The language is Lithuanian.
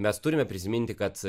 mes turime prisiminti kad